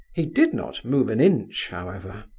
he did not move an inch, however.